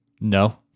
No